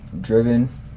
driven